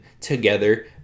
together